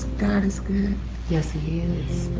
god is good. yes he, is.